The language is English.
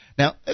Now